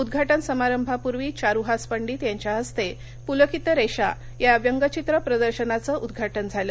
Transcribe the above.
उद्घाटन समारंभापूर्वी चारुहास पंडित यांच्या हस्ते पुलकित रेषा या व्यंगचित्र प्रदर्शनाचं उद्घाटन झालं